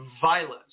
violence